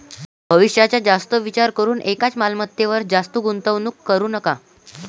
भविष्याचा जास्त विचार करून एकाच मालमत्तेवर जास्त गुंतवणूक करू नका